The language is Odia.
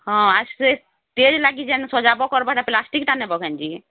ହଁ ଆସି ଡେରି ଲାଗିଯିବ ସଜାବ କରବ ପ୍ଲାଷ୍ଟିକଟା ନେବ କେମିତି